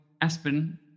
Aspen